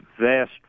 vast